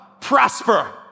prosper